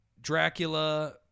Dracula